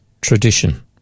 tradition